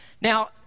Now